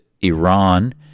Iran